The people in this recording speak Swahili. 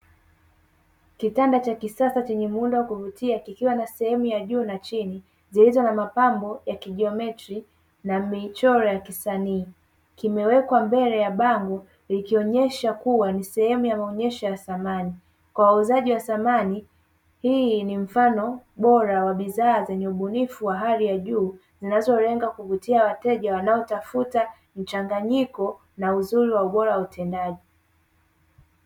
Kitanda cha kisasa chenye muundo wa kuvutia kikiwa sehemu ya juu na chini, zilizo na mapambo ya kijiometri na michoro ya kisanii , kiwekwa mbele ya bango ikionesha kuwa ni sehemu ya maonesho ya samani. Kwa wauzaji wa samani hii ni mfano bora wa bidhaa zenye ubunifu wa hali ya juu, zinazolenga kuvutia wateja wanaotafuta mchanganyiko na uzuri wa ubora wa utendaji.